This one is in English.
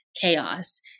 chaos